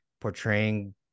portraying